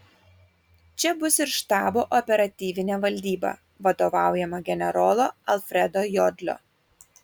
čia bus ir štabo operatyvinė valdyba vadovaujama generolo alfredo jodlio